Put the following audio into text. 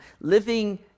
living